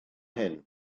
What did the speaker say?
hyn